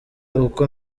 uko